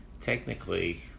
Technically